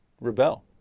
rebel